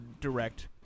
Direct